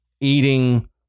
eating